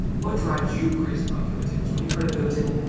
what drives you crazy about pivot tables? when you create a pivot table,